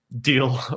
deal